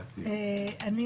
ברשותך,